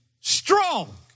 strong